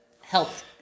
health